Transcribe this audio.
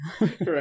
Right